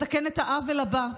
לתקן את העוול הבא: